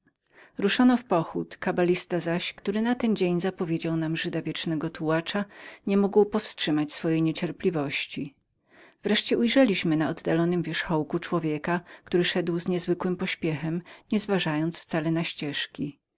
ruszono w pochód kabalista zaś który na ten dzień zapowiedział nam był żyda wiecznego tułacza nie mógł powstrzymać swojej niecierpliwości wreszcie ujrzeliśmy na oddalonym wierzchołku człowieka który szedł z niezwykłym pośpiechem nie zważając wcale na ścieżki